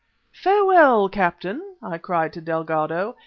farewell, captain, i cried to delgado.